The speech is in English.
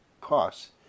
costs